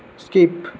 skip